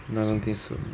no don't think so